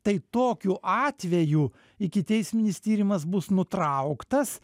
tai tokiu atveju ikiteisminis tyrimas bus nutrauktas